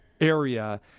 area